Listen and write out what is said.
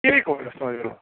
એક વરસનો છે